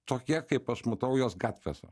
tokie kaip aš matau juos gatvėse